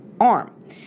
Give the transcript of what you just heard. arm